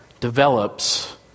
develops